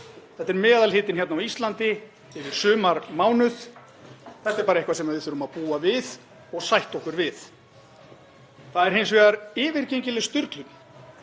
Þetta er meðalhitinn hérna á Íslandi yfir sumarmánuðina. Þetta er bara eitthvað sem við þurfum að búa við og sætta okkur við. Það er hins vegar yfirgengileg sturlun,